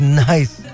nice